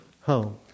home